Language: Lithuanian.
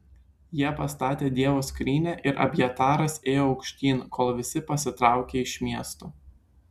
jie pastatė dievo skrynią ir abjataras ėjo aukštyn kol visi pasitraukė iš miesto